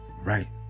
right